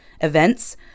events